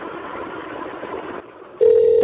see what kate has for baby ariel.